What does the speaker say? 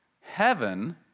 Heaven